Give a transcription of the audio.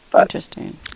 Interesting